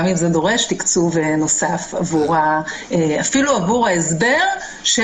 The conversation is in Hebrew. גם אם זה דורש תקצוב נוסף אפילו עבור ההסבר של